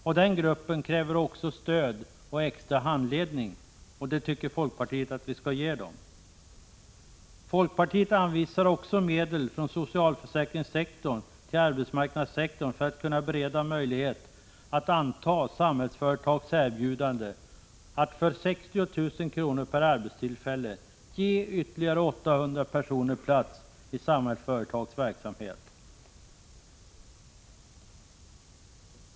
Och den gruppen kräver stöd och extra handledning. Det tycker folkpartiet att vi skall ge dem. Folkpartiet anvisar medel från socialförsäkringssektorn till arbetsmarknadssektorn för att bereda möjlighet att anta Samhällsföretags erbjudande att för 60 000 kr. per arbetstillfälle ge ytterligare 800 personer plats i Samhällsföretags verksamhet.